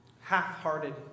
half-hearted